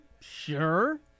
sure